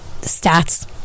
stats